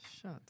Shut